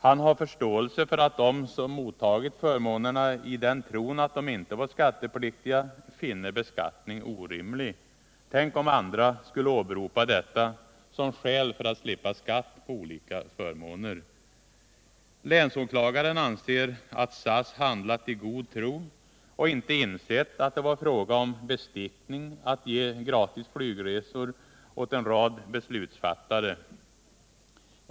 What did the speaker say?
Han har förståelse för att de som mottagit förmånerna i den tron att de inte varit skattepliktiga finner beskattning orimlig. Tänk om andra skulle åberopa detta som skäl för att slippa skatt på olika förmåner! Länsåklagaren anser att SAS handlat i god tro och inte insett att det var fråga om bestickning att ge gratis flygresor åt en rad beslutsfattare.